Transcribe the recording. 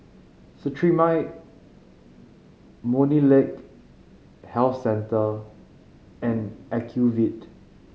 Cetrimide Molnylcke Health Care and Ocuvite